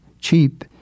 cheap